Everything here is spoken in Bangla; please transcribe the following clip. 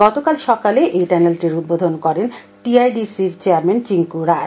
গতকাল সকালে সেই টানেলটির উদ্বোধন করেন টি আই ডি সি র চেয়ারম্যান টিংকু রায়